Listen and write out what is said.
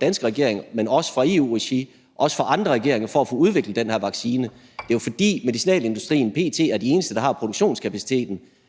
danske regering, men også i EU-regi og af andre regeringer, i at få udviklet den her vaccine. Medicinalindustrien er p.t. de eneste, der har produktionskapaciteten